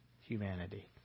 humanity